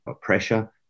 pressure